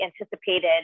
anticipated